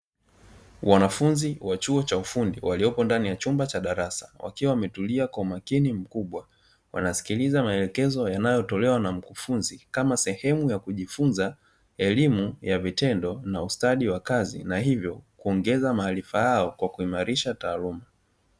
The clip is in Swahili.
Wanafunzi wa chuo cha ufundi waliopo ndani ya chumba cha darasa wakiwa wametulia kwa umakini mkubwa. Wanasikiliza maelekezo yanayotolewa na mkufunzi kama sehemu ya kujifunza elimu ya vitendo, na ustadi wa kazi. Na hivyo kuongeza maarifa yao kwa kuimarisha taaluma.